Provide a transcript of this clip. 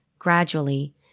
gradually